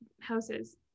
houses